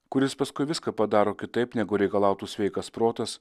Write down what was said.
kuris paskui viską padaro kitaip negu reikalautų sveikas protas